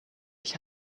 ich